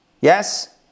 Yes